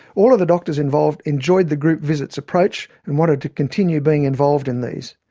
all of the doctors involved enjoyed the group visits approach, and want to continue being involved in these.